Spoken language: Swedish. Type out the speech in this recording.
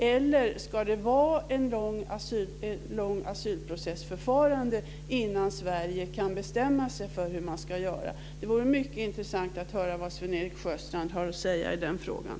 Eller ska det vara ett långt asylprocessförfarande innan Sverige kan bestämma sig för hur man ska göra? Det vore mycket intressant att höra vad Sven-Erik Sjöstrand har att säga i den frågan.